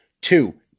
Two